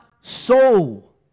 soul